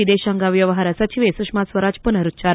ವಿದೇಶಾಂಗ ವ್ಯವಹಾರ ಸಚಿವೆ ಸುಷ್ನಾ ಸ್ವರಾಜ್ ಪುನರುಚ್ಚಾರ